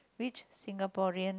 which Singaporean